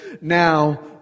now